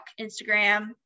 Instagram